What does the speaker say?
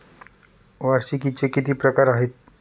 वार्षिकींचे किती प्रकार आहेत?